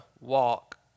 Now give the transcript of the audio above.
walk